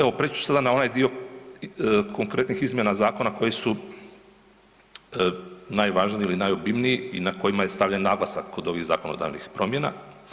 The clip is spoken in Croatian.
Evo preći su sada na onaj dio konkretnih izmjena zakona koji su najvažniji i najobilniji i na kojima je stavljen naglasak kod ovih zakonodavnih promjena.